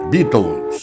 Beatles